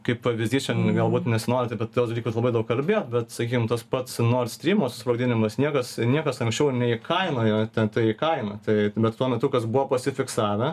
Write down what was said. kaip pavyzdys čia galbūt nesinori apie tuos dalykus labai daug kalbėt bet sakykim tas pats nordstrymo susprogdinimas niekas niekas anksčiau neįkainojo ten tai į kainą tai bet tuo metu kas buvo pasifiksavę